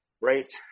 right